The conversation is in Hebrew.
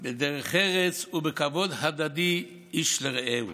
בדרך ארץ ובכבוד הדדי איש לרעהו.